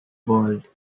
world